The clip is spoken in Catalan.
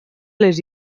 les